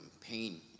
pain